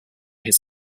his